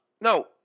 No